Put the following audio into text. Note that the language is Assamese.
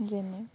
যেনে